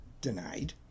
denied